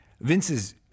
Vince's